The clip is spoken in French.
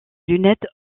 lunettes